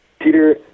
Peter